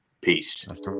Peace